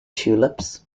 tulips